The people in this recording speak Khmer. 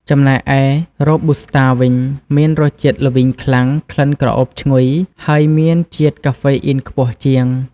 ចំណែកឯ រ៉ូប៊ូស្តា វិញ មានរសជាតិល្វីងខ្លាំង ក្លិនក្រអូបឈ្ងុយ ហើយមានជាតិកាហ្វេអ៊ីនខ្ពស់ជាង។